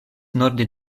norde